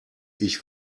ich